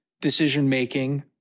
decision-making